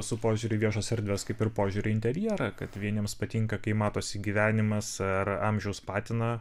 su požiūriu į viešas erdves kaip ir požiūriu į interjerą kad vieniems patinka kai matosi gyvenimas ar amžiaus patina